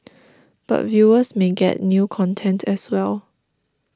but viewers may get new content as well